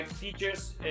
teachers